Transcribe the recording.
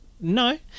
No